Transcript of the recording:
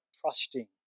trusting